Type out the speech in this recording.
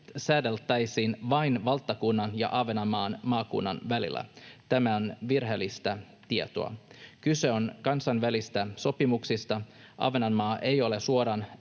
säädeltäisiin vain valtakunnan ja Ahvenanmaan maakunnan välillä. Tämä on virheellistä tietoa. Kyse on kansainvälisistä sopimuksista. Ahvenanmaa ei ole suoraan